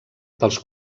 dels